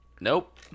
nope